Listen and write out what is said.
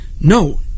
no